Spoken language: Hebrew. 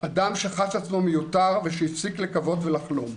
אדם שחש עצמו מיותר ושהפסיק לקוות ולחלום.